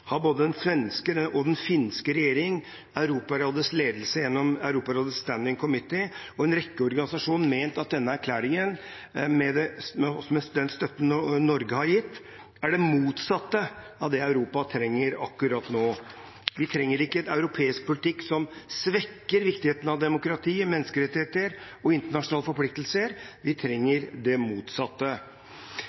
har både den svenske og den finske regjering, Europarådets ledelse gjennom Europarådets Standing Committee og en rekke organisasjoner ment at denne erklæringen, med den støtten Norge har gitt, er det motsatte av det Europa trenger akkurat nå. Vi trenger ikke en europeisk politikk som svekker viktigheten av demokrati, menneskerettigheter og internasjonale forpliktelser; vi trenger det motsatte.